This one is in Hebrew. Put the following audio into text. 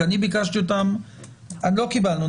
לא קיבלנו,